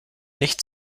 nicht